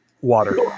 Water